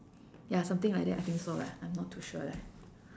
ya something like that I think so lah I am not too sure leh